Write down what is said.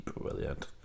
Brilliant